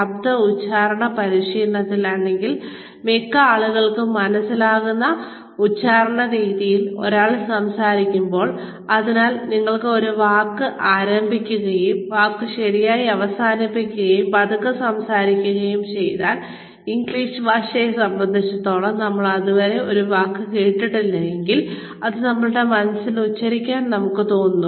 ശബ്ദ ഉച്ചാരണ പരിശീലനത്തിൽ അല്ലെങ്കിൽ മിക്ക ആളുകൾക്കും മനസ്സിലാകുന്ന ഉച്ചാരണ രീതിയിൽ ഒരാൾ സംസാരിക്കുമ്പോൾ അതിനാൽ നിങ്ങൾ ഒരു വാക്ക് ആരംഭിക്കുകയും വാക്ക് ശരിയായി അവസാനിപ്പിക്കുകയും നിങ്ങൾ പതുക്കെ സംസാരിക്കുകയും ചെയ്താൽ ഇംഗ്ലീഷ് ഭാഷയെ സംബന്ധിച്ചിടത്തോളം നമ്മൾ ഇതുവരെ ഒരു വാക്ക് കേട്ടിട്ടില്ലെങ്കിൽ അത് നമ്മുടെ മനസ്സിൽ ഉച്ചരിക്കാൻ നമുക്ക് തോന്നുന്നു